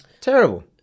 terrible